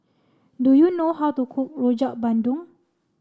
do you know how to cook Rojak Bandung